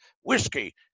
whiskey